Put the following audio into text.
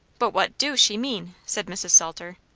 but what do she mean? said mrs. salter.